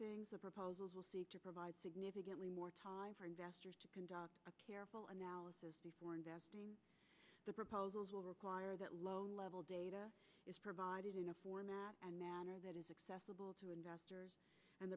things a proposal to provide significantly more time for investors to conduct a careful analysis before investing the proposals will require that low level data is provided in a format and manner that is accessible to investors and